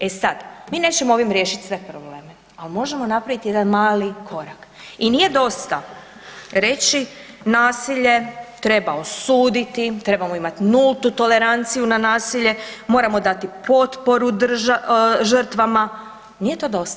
E sad, mi nećemo ovim riješiti sve probleme, ali možemo napraviti jedan mali korak i nije dosta reći nasilje treba osuditi, trebamo imati nultu toleranciju na nasilje, moramo dati potporu žrtvama, nije to dosta.